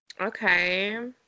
Okay